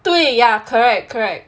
对 ya correct correct